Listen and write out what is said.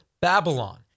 Babylon